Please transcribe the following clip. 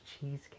cheesecake